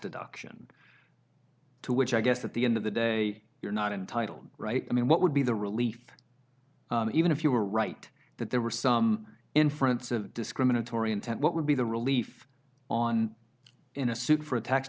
deduction to which i guess at the end of the day you're not entitled right i mean what would be the relief even if you were right that there were some inference of discriminatory intent what would be the relief on in a suit for a tax